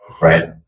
Right